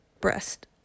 breast